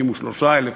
53,000,